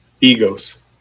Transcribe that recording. egos